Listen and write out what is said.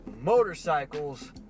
motorcycles